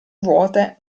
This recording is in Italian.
vuote